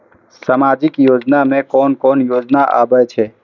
सामाजिक योजना में कोन कोन योजना आबै छै?